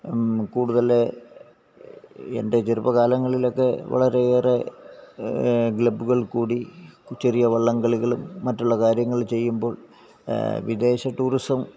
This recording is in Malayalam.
കൂടുതല് എന്റെ ചെറുപ്പകാലങ്ങളിലൊക്കെ വളരെയേറെ ഗ്ലബുകള് കൂടി ചെറിയ വള്ളംകളികളും മറ്റുള്ള കാര്യങ്ങള് ചെയ്യുമ്പോള് വിദേശ ടൂറിസം